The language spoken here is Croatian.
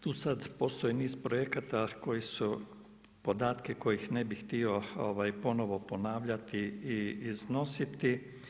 Tu sad postoji niz projekata koji su, podatke koje ne bih htio ponovno ponavljati i iznositi.